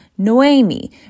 Noemi